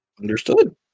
Understood